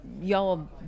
Y'all